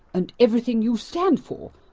and everything you stand for.